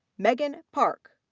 megan parke.